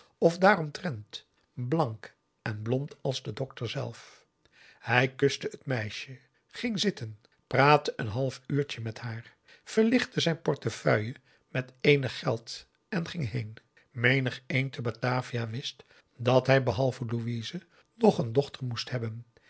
of daaromtrent blank en blond als de dokter zelf hij kuste het meisje ging zitten praatte een half uurtje met haar verlichtte zijn portefeuille met eenig geld en ging heen menigeen te batavia wist dat hij behalve louise nog een dochter moest hebben